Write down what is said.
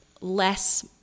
less